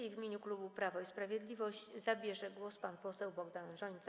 I w imieniu klubu Prawo i Sprawiedliwość zabierze głos pan poseł Bogdan Rzońca.